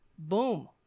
boom